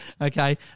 Okay